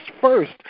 first